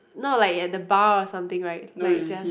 not like at the bar or something right like just